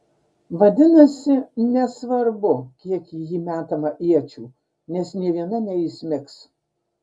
vadinasi nesvarbu kiek į jį metama iečių nes nė viena neįsmigs